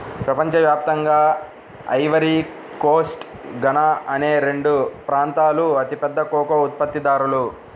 ప్రపంచ వ్యాప్తంగా Ivory Coast, Ghana అనే రెండు ప్రాంతాలూ అతిపెద్ద కోకో ఉత్పత్తిదారులు